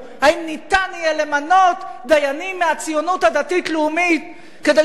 האם ניתן יהיה למנות דיינים מהציונות הדתית-לאומית כדי שיהיו